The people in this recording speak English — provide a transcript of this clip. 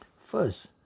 First